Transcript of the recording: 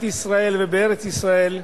ובארץ-ישראל,